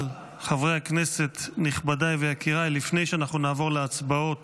חברי הכנסת, נכבדיי ויקיריי, לפני שנעבור להצבעות